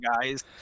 guys